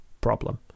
problem